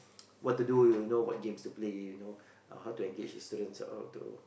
what to do you know what games to play you know how to engage the students to